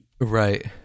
right